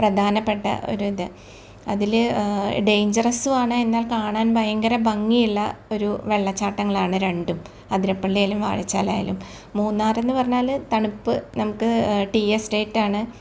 പ്രധാനപ്പെട്ട ഒരിത് അതിൽ ഡേഞ്ചറസും ആണ് എന്നാൽ കാണാൻ ഭയങ്കര ഭംഗിയുള്ള ഒരു വെള്ളച്ചാട്ടങ്ങളാണ് രണ്ടും ആതിരപ്പള്ളിയാലും വാഴച്ചാലായാലും മൂന്നാർ എന്ന് പറഞ്ഞാൽ തണുപ്പ് നമുക്ക് ടീ എസ്റ്റേറ്റ് ആണ്